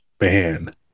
Man